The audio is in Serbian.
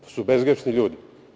To su bezgrešni ljudi.